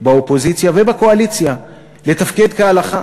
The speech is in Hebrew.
בקואליציה ובאופוזיציה לתפקד כהלכה.